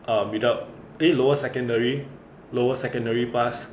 uh without eh lower secondary lower secondary pass